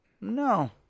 No